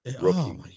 Rookie